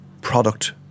product